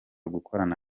gukorana